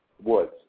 Woods